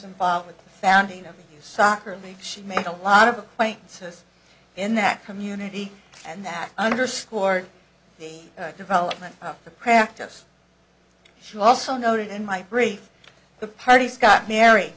involved with founding a soccer league she made a lot of acquaintances in that community and that underscored the development of the practice she also noted in my brief the parties got married